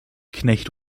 knecht